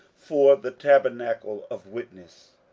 for the tabernacle of witness?